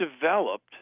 developed